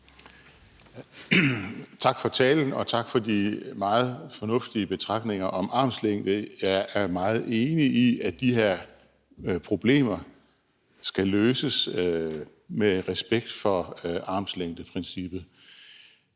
Tak for talen, og tak for de meget fornuftige betragtninger om armslængde. Jeg er meget enig i, at de her problemer skal løses med respekt for armslængdeprincippet.